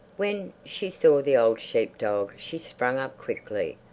when she saw the old sheep-dog she sprang up quickly,